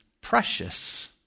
precious